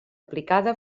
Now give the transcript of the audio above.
aplicada